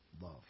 love